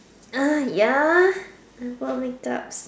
uh ya I put on make-ups